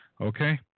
Okay